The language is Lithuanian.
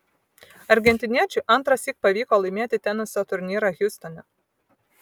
argentiniečiui antrąsyk pavyko laimėti teniso turnyrą hjustone